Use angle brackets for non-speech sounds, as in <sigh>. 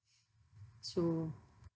<noise> so